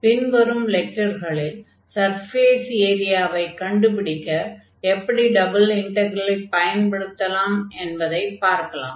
பின் வரும் லெக்சர்களில் சர்ஃபேஸ் ஏரியாவை கண்டுபிடிக்க எப்படி டபுள் இன்டக்ரலைப் பயன்படுத்தலாம் என்பதைப் பார்க்கலாம்